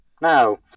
Now